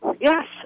Yes